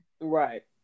Right